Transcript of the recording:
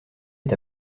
est